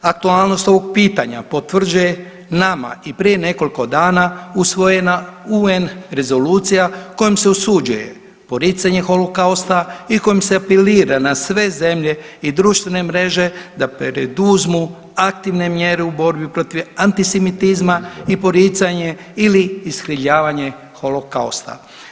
Aktualnost ovog pitanja potvrđuje nama i prije nekoliko dana usvojena UN rezolucija kojom se osuđuje poricanje holokausta i kojom se apelira na sve zemlje i društvene mreže da poduzmu aktivne mjere u borbi protiv antisemitizma i poricanje ili iskrivljavanje holokausta.